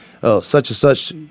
such-and-such